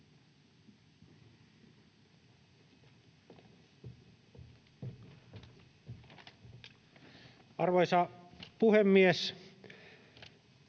Arvoisa puhemies!